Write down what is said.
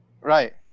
right